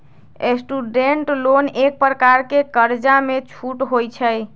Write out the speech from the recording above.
student loan एक प्रकार के कर्जामें छूट होइ छइ